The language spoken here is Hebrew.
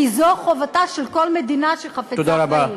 כי זו חובתה של כל מדינה שחפצה חיים.